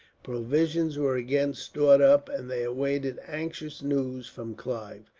provisions were again stored up, and they awaited anxiously news from clive.